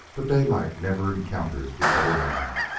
but daylight never encountered the other man.